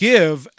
Give